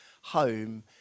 home